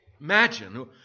Imagine